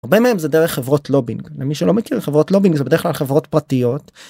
הרבה מהם זה דרך חברות לובינג למי שלא מכיר חברות לובינג זה בדרך כלל חברות פרטיות.